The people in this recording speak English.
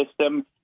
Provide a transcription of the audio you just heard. system